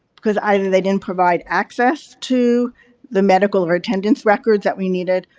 because either they didn't provide access to the medical or attendance records that we needed,